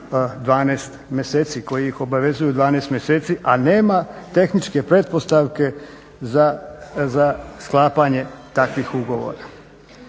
12 mjeseci, koji ih obavezuju 12 mjeseci, a nema tehničke pretpostavke za sklapanje takvih ugovora.